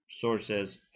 sources